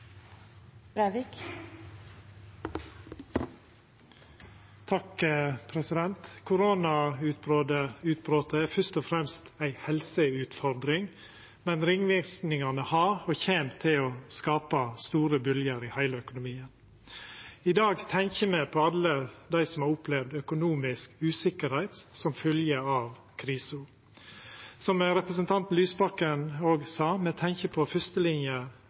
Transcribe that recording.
fyrst og fremst ei helseutfordring, men ringverknadene har skapt og kjem til å skapa store bylgjer i heile økonomien. I dag tenkjer me på alle dei som har opplevd økonomisk usikkerheit som fylgje av krisa. Som representanten Lysbakken òg sa: Me tenkjer på